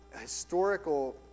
historical